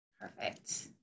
perfect